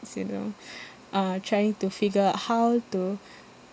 you know uh trying to figure out how to